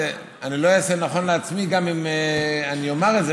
לא אעשה נכון לעצמי גם אם אומר את זה,